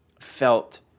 felt